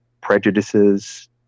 prejudices